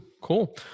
Cool